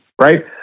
right